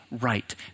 right